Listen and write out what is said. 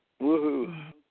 Woohoo